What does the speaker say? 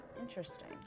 Interesting